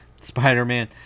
Spider-Man